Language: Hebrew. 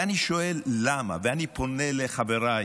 ואני שואל, למה, ואני פונה לחבריי